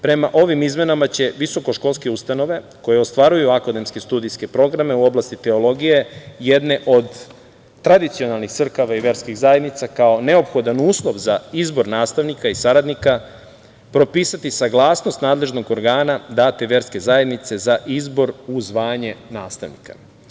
Prema ovim izmenama će visokoškolske ustanove koje ostvaruju akademski studijske programe u oblasti teologije, jedne od tradicionalnih crkava i verskih zajednica, kao neophodan uslov za izbor nastavnika i saradnika propisati saglasnost nadležnog organa date verske zajednice za izbor u zvanje nastavnika.